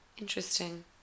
Interesting